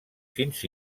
fins